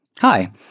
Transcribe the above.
Hi